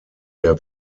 der